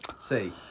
see